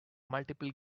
multiple